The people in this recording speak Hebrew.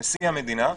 נשיא המדינה,